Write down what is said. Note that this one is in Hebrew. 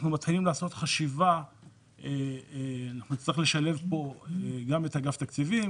אנחנו מתחילים לעשות חשיבה שנצטרך לשלב בה גם את אגף תקציבים,